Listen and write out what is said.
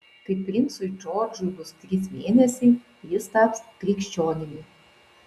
kai princui džordžui bus trys mėnesiai jis taps krikščionimi